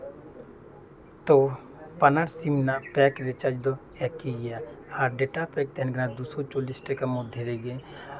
ᱛᱳ ᱵᱟᱱᱟᱨ ᱥᱤᱢ ᱨᱮᱭᱟᱜ pack recharge ᱫᱚ ᱮᱠᱤ ᱜᱮᱭᱟ ᱟᱨ ᱰᱮᱴᱟ ᱯᱮᱠ ᱛᱟᱸᱦᱮᱱ ᱠᱟᱱᱟ ᱫᱩ ᱥᱳ ᱪᱚᱞᱞᱤᱥ ᱴᱟᱠᱟ ᱢᱚᱫᱽᱫᱷᱮ ᱨᱮᱜᱮ